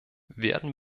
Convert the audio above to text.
werden